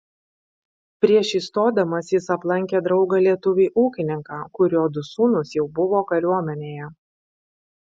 prieš įstodamas jis aplankė draugą lietuvį ūkininką kurio du sūnūs jau buvo kariuomenėje